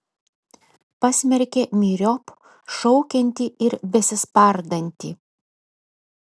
pasmerkė myriop šaukiantį ir besispardantį